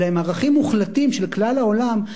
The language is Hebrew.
אלא הם ערכים מוחלטים של כלל העולם,